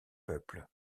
peuples